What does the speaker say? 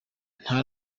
nta